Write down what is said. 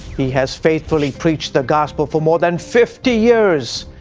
he has faithfully preached the gospel for more than fifty years.